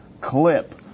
clip